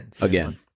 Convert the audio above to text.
Again